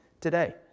today